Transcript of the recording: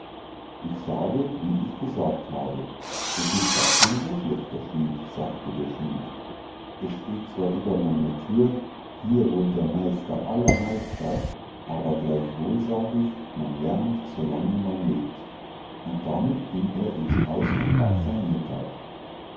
ich sage wie ich gesagt habe du bist gar kein so schlechter schmied sagte der schmied es steht zwar über meiner thür hier wohnt der meister aller meister aber gleichwohl sag ich man lernt so lange man lebt und damit ging er in's haus und aß sein mittag